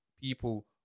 people